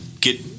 get –